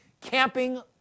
Camping